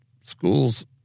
School's